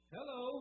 Hello